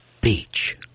beach